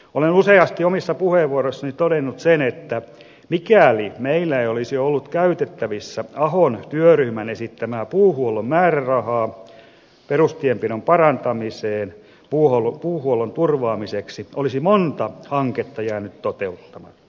olen useasti omissa puheenvuoroissani todennut sen että mikäli meillä ei olisi ollut käytettävissä ahon työryhmän esittämää puuhuollon määrärahaa puuhuollon turvaamiseksi olisi monta hanketta jäänyt toteuttamatta